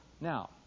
Now